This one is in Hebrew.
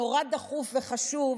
נורא דחוף וחשוב,